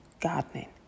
gardening